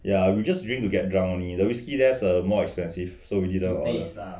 yeah we just drink to get drunk only the whisky there is a more expensive so we didn't order